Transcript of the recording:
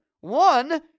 One